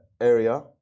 area